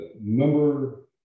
number